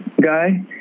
guy